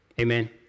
Amen